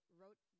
wrote